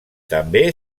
també